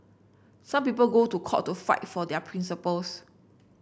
some people go to court to fight for their principles